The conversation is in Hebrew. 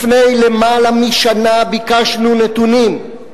לפני למעלה משנה ביקשנו נתונים.